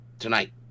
tonight